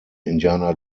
indiana